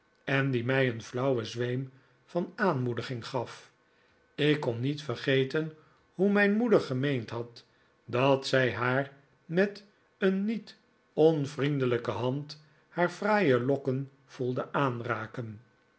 en die mij een flauwen zweem van aanmoediging gaf ik kon niet vergeten hoe mijn moeder gemeend had dat zij haar met een niet onvriendelijke hand haar fraaie lokken voelde aanraken